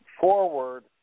forward